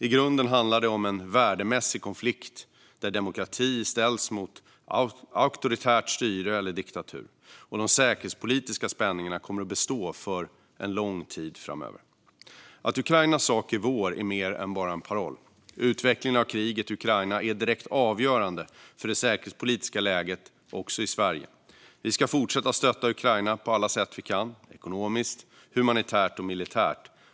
I grunden handlar det om en värdemässig konflikt, där demokrati ställs mot auktoritärt styre eller diktatur. Och de säkerhetspolitiska spänningarna kommer att bestå under lång tid framöver. Att Ukrainas sak är vår är mer än bara en paroll. Utvecklingen av kriget i Ukraina är direkt avgörande för det säkerhetspolitiska läget även i Sverige. Vi ska fortsätta stötta Ukraina på alla sätt vi kan - ekonomiskt, humanitärt och militärt.